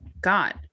God